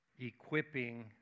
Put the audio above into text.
equipping